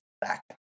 back